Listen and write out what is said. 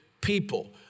people